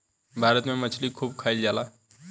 भारत में मछली खूब खाईल जाला